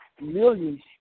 millions